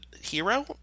hero